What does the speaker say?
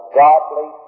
godly